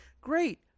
Great